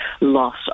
loss